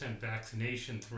vaccination